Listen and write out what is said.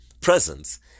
presence